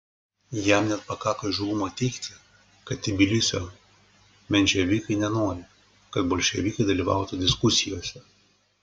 jam net pakako įžūlumo teigti kad tbilisio menševikai nenori kad bolševikai dalyvautų diskusijose